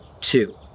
two